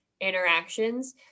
interactions